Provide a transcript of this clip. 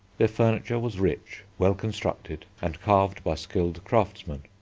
their furniture was rich, well constructed, and carved by skilled craftsmen.